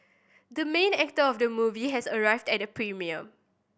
the main actor of the movie has arrived at the premiere